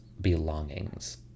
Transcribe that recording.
belongings